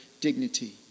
dignity